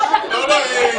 בבקשה להפסיק.